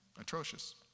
atrocious